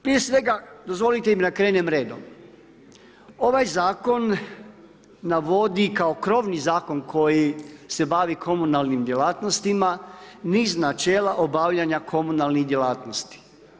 Prije svega dozvolite mi da krenem redom, ovaj zakon navodi kao krovni zakon koji se bavi komunalnim djelatnostima, niz načela obavlja komunalnih djelatnosti.